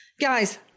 Guys